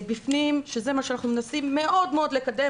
שזה מה שאנחנו מנסים מאוד מאוד לקדם